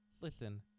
listen